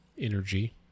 energy